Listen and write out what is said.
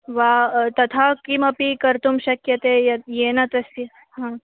वा तथा किमपि कर्तुं शक्यते यत् येन तस्य हा